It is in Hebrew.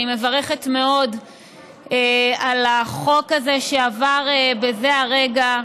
אני מברכת מאוד על החוק הזה שעבר בזה הרגע.